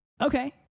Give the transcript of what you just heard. Okay